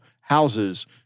houses